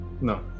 No